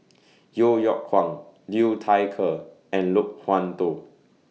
Yeo Yeow Kwang Liu Thai Ker and Loke Wan Tho